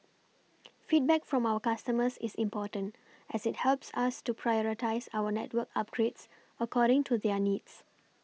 feedback from our customers is important as it helps us to prioritise our network upgrades according to their needs